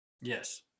Yes